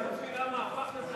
זה לא אמיתי.